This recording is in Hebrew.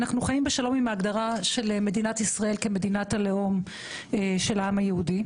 אנחנו חיים בשלום עם ההגדרה של מדינת ישראל כמדינת הלאום של העם היהודי,